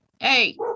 Hey